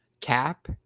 cap